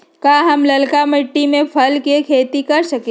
का हम लालका मिट्टी में फल के खेती कर सकेली?